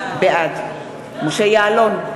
בעד משה יעלון,